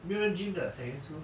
没有人 gym 的 secondary school